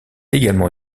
également